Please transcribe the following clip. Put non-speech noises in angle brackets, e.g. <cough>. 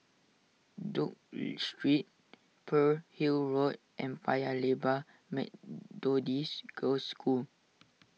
Duke <hesitation> Street Pearl's Hill Road and Paya Lebar Methodist Girls' School